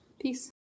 Peace